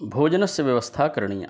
भोजनस्य व्यवस्थां करणीया